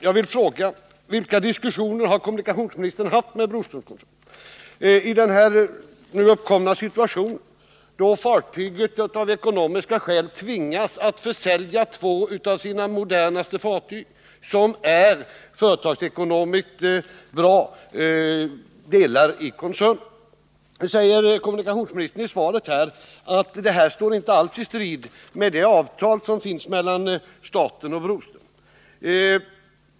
Jag vill fråga: Vilka diskussioner har kommunikationsministern haft med Broströmskoncernen i den här uppkomna situationen då rederiet av ekonomiska skäl tvingas att försälja två av sina modernaste fartyg som är företagsekonomiskt bra delar av koncernen? Nu säger kommunikationsministern i svaret att detta inte alls står i strid med det avtal som finns mellan staten och Broströmskoncernen.